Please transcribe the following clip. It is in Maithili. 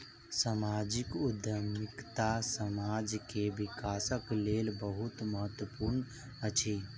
सामाजिक उद्यमिता समाज के विकासक लेल बहुत महत्वपूर्ण अछि